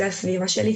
זו הסביבה שלי,